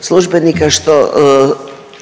službenika što